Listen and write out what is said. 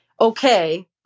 Okay